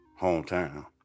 hometown